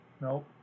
nope